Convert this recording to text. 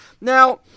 Now